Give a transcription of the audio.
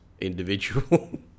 individual